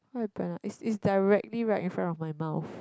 what happen ah is is directly right in front of my mouth